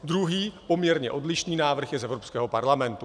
Druhý, poměrně odlišný návrh, je z Evropského parlamentu.